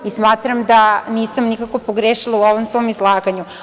Smatram da nisam nikako pogrešila u ovom svom izlaganju.